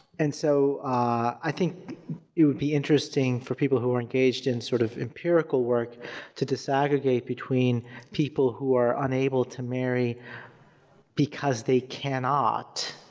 and so i think it would be interesting for people who are engaged in sort of empirical work to disaggregate between people who are unable to marry because they cannot,